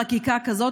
בחקיקה כזאת,